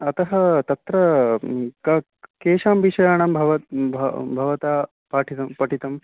अतः तत्र क् केषां विषयाणां भव भव् भवता पाठितं पठितं ह्म्